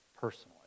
personally